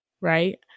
right